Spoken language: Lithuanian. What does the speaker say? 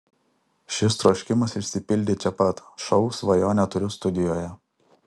šis troškimas išsipildė čia pat šou svajonę turiu studijoje